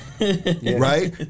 right